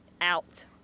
out